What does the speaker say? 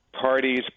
parties